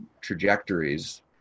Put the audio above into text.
trajectories